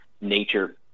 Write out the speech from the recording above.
nature